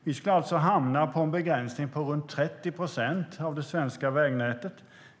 Vi skulle alltså hamna på en begränsning i runt 30 procent av det svenska vägnätet.